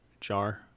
jar